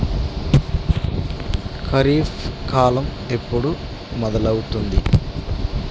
ఖరీఫ్ కాలం ఎప్పుడు మొదలవుతుంది?